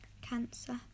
Cancer